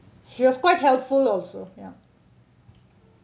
helpful also ya